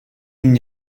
n’y